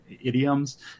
idioms